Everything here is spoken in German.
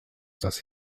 das